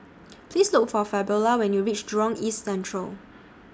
Please Look For Fabiola when YOU REACH Jurong East Central